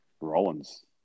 Rollins